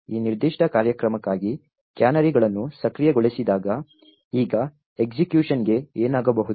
ಈ ನಿರ್ದಿಷ್ಟ ಕಾರ್ಯಕ್ರಮಕ್ಕಾಗಿ ಕ್ಯಾನರಿಗಳನ್ನು ಸಕ್ರಿಯಗೊಳಿಸದಿದ್ದಾಗ ಈಗ ಮರಣದಂಡನೆಗೆ ಏನಾಗಬಹುದು